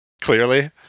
clearly